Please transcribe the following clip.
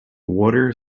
water